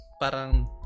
Parang